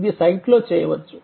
ఇది సైట్లో చేయవచ్చు